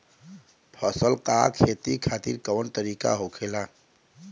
फसल का खेती खातिर कवन तरीका होखेला?